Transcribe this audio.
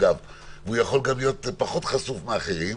והוא יכול להיות פחות חשוף מאחרים,